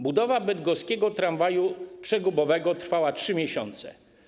Budowa bydgoskiego tramwaju przegubowego trwała 3 miesiące.